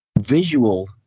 visual